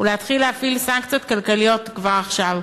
ולהתחיל להפעיל סנקציות כלכליות כבר עכשיו".